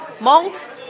malt